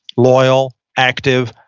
loyal, active.